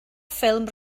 ffilm